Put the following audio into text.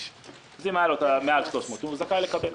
אם היה לו אירוע מעל 300 איש, הוא זכאי לקבל.